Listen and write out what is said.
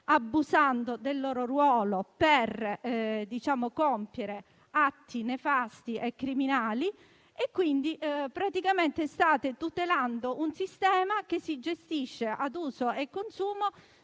abusando del loro ruolo per compiere atti nefasti e criminali. State quindi praticamente tutelando un sistema che si gestisce a uso e consumo